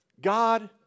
God